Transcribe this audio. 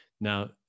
Now